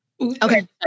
Okay